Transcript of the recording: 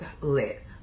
lit